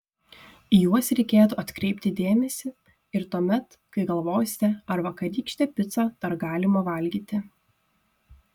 į juos reikėtų atkreipti dėmesį ir tuomet kai galvosite ar vakarykštę picą dar galima valgyti